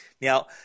Now